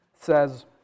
says